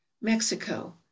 Mexico